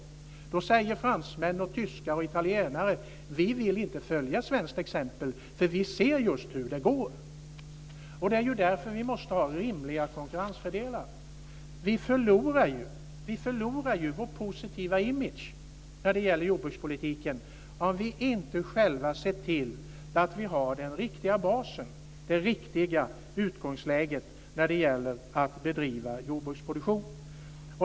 Då säger fransmän och tyskar och italienare att de inte vill följa svenskt exempel, för de ser just hur det går. Det är därför vi måste ha rimliga konkurrensfördelar. Vi förlorar ju vår positiva image när det gäller jordbrukspolitiken om vi inte själva ser till att vi har den riktiga basen - det riktiga utgångsläget - när det gäller att bedriva jordbruksproduktion.